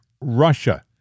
Russia